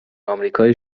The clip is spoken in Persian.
آمریکای